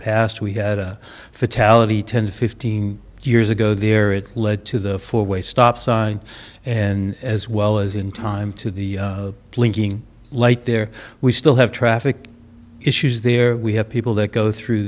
past we had a fatality ten fifteen years ago there it led to the four way stop sign and as well as in time to the blinking light there we still have traffic issues there we have people that go through